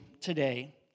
today